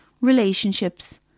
relationships